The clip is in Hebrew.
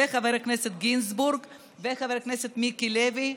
חבר הכנסת גינזבורג וחבר הכנסת מיקי לוי.